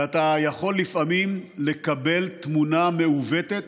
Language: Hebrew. ואתה יכול לפעמים לקבל תמונה מעוותת,